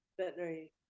veterinary